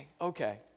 Okay